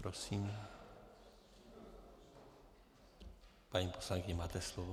Prosím, paní poslankyně, máte slovo.